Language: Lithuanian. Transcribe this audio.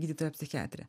gydytoja psichiatrė